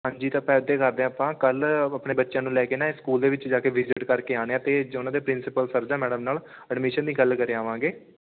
ਹਾਂਜੀ ਤਾਂ ਆਪਾਂ ਇੱਦਾਂ ਹੀ ਕਰਦੇ ਹਾਂ ਆਪਾਂ ਕੱਲ੍ਹ ਆਪਣੇ ਬੱਚਿਆਂ ਨੂੰ ਲੈ ਕੇ ਨਾ ਸਕੂਲ ਦੇ ਵਿੱਚ ਜਾ ਕੇ ਵਿਜਿਟ ਕਰਕੇ ਆਉਂਦੇ ਹਾਂ ਅਤੇ ਜੇ ਉਹਨਾਂ ਦੇ ਪ੍ਰਿੰਸੀਪਲ ਸਰ ਜਾਂ ਮੈਡਮ ਨਾਲ ਐਡਮਿਸ਼ਨ ਦੀ ਗੱਲ ਕਰ ਆਵਾਂਗੇ